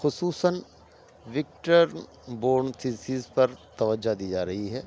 خصوصاً vector borne diseases پر توجہ دی جا رہی ہے